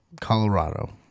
Colorado